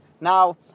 Now